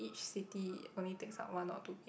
each city only takes up one or two page